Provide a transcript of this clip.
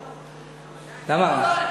למה?